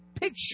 picture